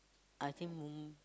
I think maybe